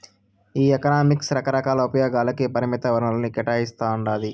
ఈ ఎకనామిక్స్ రకరకాల ఉపయోగాలకి పరిమిత వనరుల్ని కేటాయిస్తాండాది